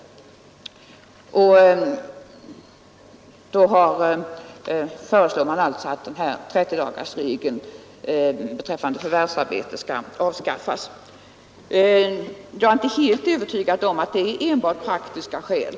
Därför föreslår man att 30-dagarsregeln rörande förvärvsarbete skall avskaffas. Jag är inte helt övertygad om att man har gjort det av enbart praktiska skäl.